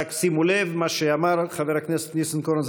רק שימו לב למה שאמר חבר הכנסת ניסנקורן.